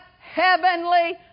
heavenly